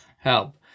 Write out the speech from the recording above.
help